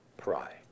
pride